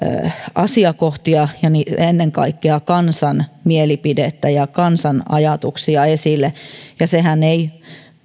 asiakohtia ja ennen kaikkea kansan mielipidettä ja kansan ajatuksia esille sehän ei